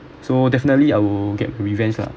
so definitely I will get revenge lah